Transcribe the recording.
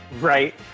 right